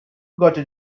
gotta